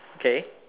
okay